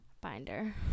binder